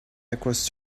across